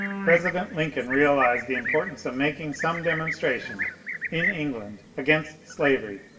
president lincoln realized the importance of making some demonstration in england against slavery.